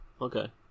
Okay